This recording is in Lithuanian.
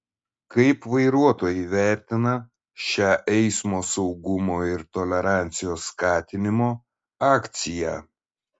kaip vairuotojai vertina šią eismo saugumo ir tolerancijos skatinimo akciją